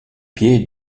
pieds